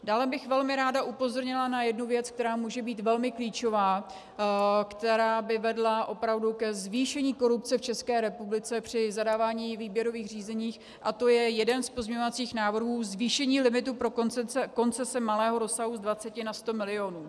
Dále bych ráda upozornila na jednu věc, která může být velmi klíčová, která by vedla opravdu ke zvýšení korupce v České republice při zadávání výběrových řízení, a to je jeden z pozměňovacích návrhů zvýšení limitu pro koncese malého rozsahu z 20 na 100 milionů.